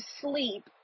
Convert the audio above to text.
sleep